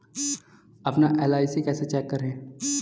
अपना एल.आई.सी कैसे चेक करें?